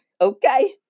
Okay